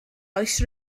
oes